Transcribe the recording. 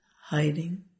hiding